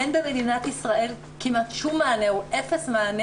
אין במדינת ישראל כמעט שום מענה או אפס מענה,